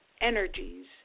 energies